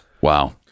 Wow